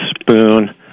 spoon